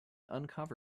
uncovered